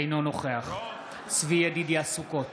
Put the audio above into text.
אינו נוכח צבי ידידיה סוכות,